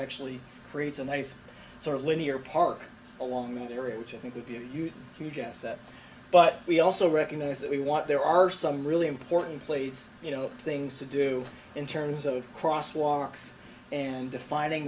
actually creates a nice sort of linear park along with the area which i think would be a huge asset but we also recognize that we want there are some really important plates you know things to do in terms of crosswalks and defining